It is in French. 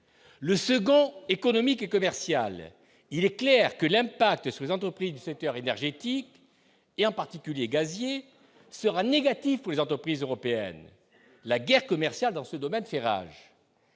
le second économique et commerciales, il est clair que l'impact sur les entreprises 17 heures énergétiques et en particulier gazier sera négative pour les entreprises européennes, la guerre commerciale dans ce domaine fait rage,